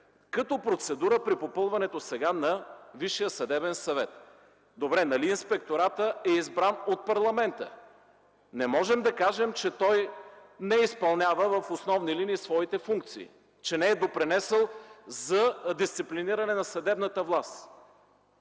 като процедура при попълването сега на Висшия съдебен съвет. Добре, нали Инспекторатът е избран от парламента?! Не можем да кажем, че той не изпълнява в основни линии своите функции, че не е допринесъл за дисциплиниране на съдебната власт.